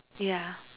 yeah